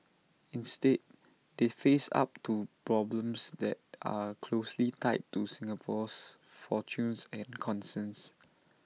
instead they face up to problems that are closely tied to Singapore's fortunes and concerns